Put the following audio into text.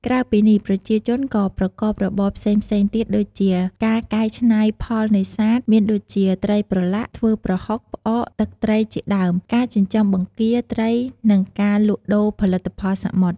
ក្រៅពីនេះ ប្រជាជនក៏ប្រកបរបរផ្សេងៗទៀតដូចជា ការកែច្នៃផលនេសាទ មានដូចជា ត្រីប្រឡាក់ ធ្វើប្រហុក ផ្អក ទឹកត្រីជាដើម ការចិញ្ចឹមបង្គា ត្រី និងការលក់ដូរផលិតផលសមុទ្រ។